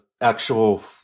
actual